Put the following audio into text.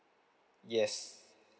yes